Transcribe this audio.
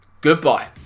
goodbye